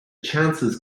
chances